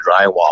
drywall